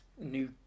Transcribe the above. new